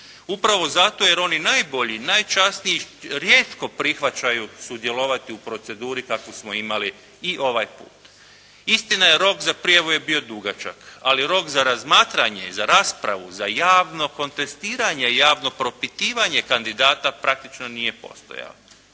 Upravo zato jer oni najbolji i najčasniji rijetko prihvaćaju sudjelovati u proceduri kakvu smo imali i ovaj put. Istina je, rok za prijavu je bio dugačak, ali rok za razmatranje, za raspravu, za javno kontestiranje, javno propitivanje kandidata praktično nije postojao.